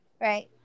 Right